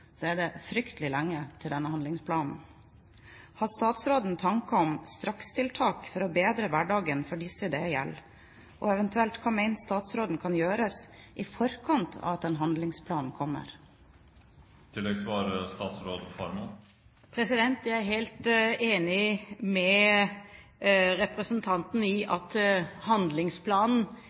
er det fryktelig langt fram til denne handlingsplanen. Har statsråden tanker om strakstiltak for å bedre hverdagen for disse dette gjelder? Og, eventuelt, hva mener statsråden kan gjøres i forkant av at en handlingsplan kommer? Jeg er helt enig med representanten i at handlingsplanen